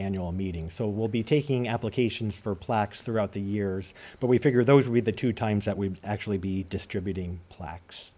annual meeting so we'll be taking applications for plaques throughout the years but we figure those read the two times that we actually be distributing plaques